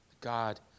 God